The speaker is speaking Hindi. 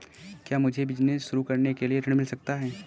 क्या मुझे बिजनेस शुरू करने के लिए ऋण मिल सकता है?